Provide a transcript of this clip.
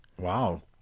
wow